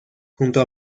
junto